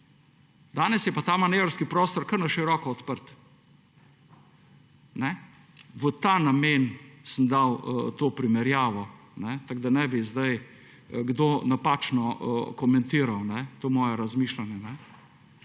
Danes je pa ta manevrski prostor kar na široko odprt. V ta namen sem dal to primerjavo. Tako da ne bi zdaj kdo napačno komentiral to moje razmišljanje.